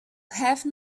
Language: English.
have